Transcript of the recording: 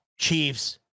Chiefs